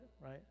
right